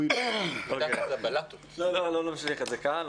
לא נמשיך את זה כאן.